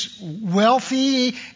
wealthy